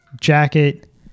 jacket